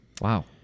Wow